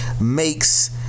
makes